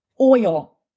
oil